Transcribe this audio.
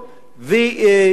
ומייד,